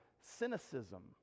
cynicism